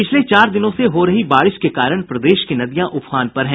पिछले चार दिनों से हो रही बारिश के कारण प्रदेश की नदियां उफान पर हैं